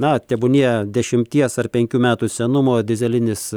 na tebūnie dešimties ar penkių metų senumo dyzelinis